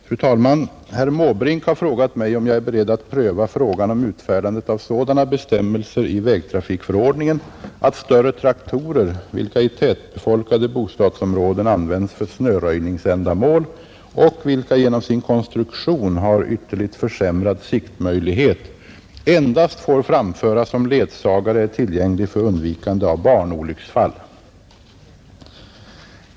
Fru talman! Herr Måbrink har frågat mig, om jag är beredd att pröva frågan om utfärdandet av sådana bestämmelser i vägtrafikförordningen, att större traktorer vilka i tätbefolkade bostadsområden används för snöröjningsändamål och vilka genom sin konstruktion har ytterligt försämrad siktmöjlighet endast får framföras om ledsagare är tillgänglig för undvikande av barnolycksfall.